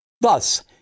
Thus